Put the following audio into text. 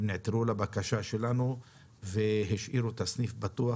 הם נעתרו לבקשה שלנו והשאירו את הסניף פתוח.